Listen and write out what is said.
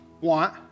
want